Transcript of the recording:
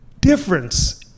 difference